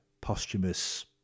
posthumous